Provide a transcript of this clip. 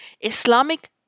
Islamic